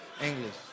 English